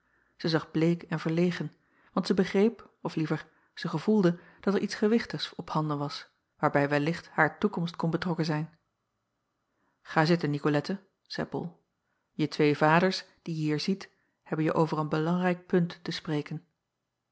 ij zag bleek en verlegen want zij begreep of liever zij gevoelde dat er iets gewichtigs ophanden was waarbij wellicht haar toekomst kon betrokken zijn a zitten icolette zeî ol je twee vaders die je hier ziet hebben je over een belangrijk punt te spreken